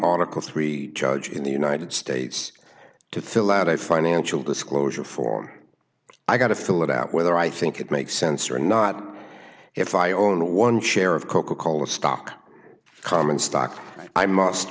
article three judge in the united states to fill out a financial disclosure form i got to fill it out whether i think it makes sense or not if i own one share of coca cola stock common stock i must